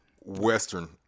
western